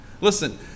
Listen